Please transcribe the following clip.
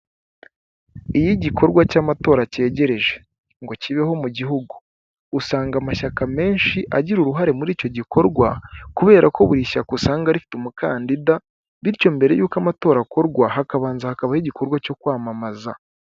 Iyo igikorwa cy'amatora cyegereje ngo kibeho mu gihugu, usanga amashyaka menshi agira uruhare muri icyo gikorwa, kubera ko buri shyaka usanga rifite umukandida bityo mbere y'uko amatora akorwa, hakabanza hakabaho igikorwa cyo kwamamaza.